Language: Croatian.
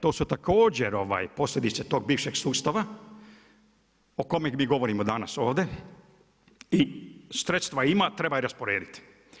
To su također posljedice tog bivšeg sustava, o kome mi govorimo danas ovdje i sredstva ima, treba ih rasporediti.